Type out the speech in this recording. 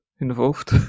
involved